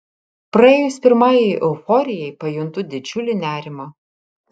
praėjus pirmajai euforijai pajuntu didžiulį nerimą